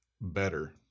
better